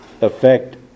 effect